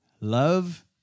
love